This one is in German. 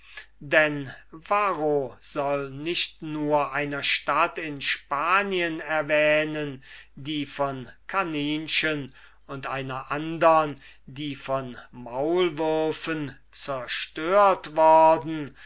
denn varro soll nicht nur einer stadt in spanien erwähnen die von kaninchen und einer andern die von maulwürfen zerstört worden